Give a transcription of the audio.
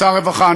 שר הרווחה,